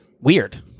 Weird